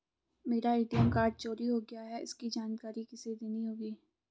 मेरा ATM card चोरी हो गया है इसकी जानकारी किसे देनी होगी?